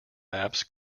maps